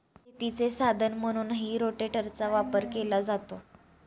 शेतीचे साधन म्हणूनही रोटेटरचा वापर केला जातो